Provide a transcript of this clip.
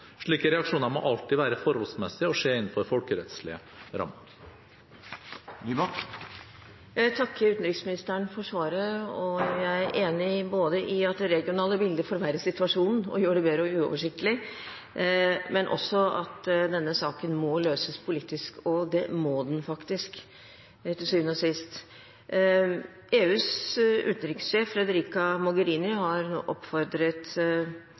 Slike reaksjoner må alltid være forholdsmessige og skje innenfor folkerettslige rammer. Jeg takker utenriksministeren for svaret, og jeg er enig både i at det regionale bildet forverrer situasjonen og gjør den mer uoversiktlig, og i at denne saken må løses politisk – det må den faktisk til syvende og sist. EUs utenrikssjef, Federica Mogherini, har nå oppfordret